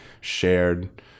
shared